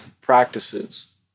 practices